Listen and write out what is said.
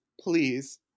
please